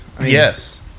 yes